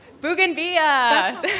Bougainvillea